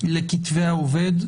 לכתפי העובד.